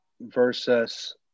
versus